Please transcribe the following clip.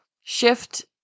shift